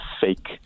fake